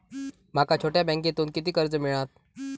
माका छोट्या बँकेतून किती कर्ज मिळात?